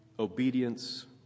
obedience